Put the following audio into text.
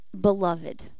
beloved